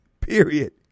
period